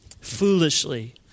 foolishly